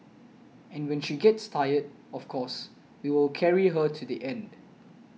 and when she gets tired of course we will carry her to the end